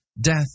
Death